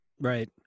Right